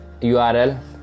url